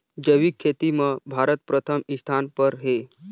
जैविक खेती म भारत प्रथम स्थान पर हे